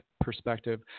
perspective